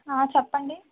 చెప్పండి